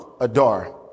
Adar